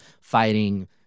fighting